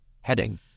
heading